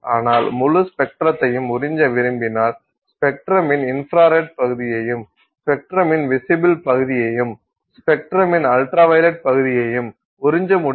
ஆனால் முழு ஸ்பெக்ட்ரத்தையும் உறிஞ்ச விரும்பினால் ஸ்பெக்ட்ரமின் இன்ப்ராரெட் பகுதியையும் ஸ்பெக்ட்ரமின் விசிபில் பகுதியையும் ஸ்பெக்ட்ரமின் அல்ட்ரா வயலட் பகுதியையும் உறிஞ்ச முடியாது